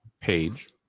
page